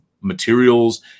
materials